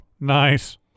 nice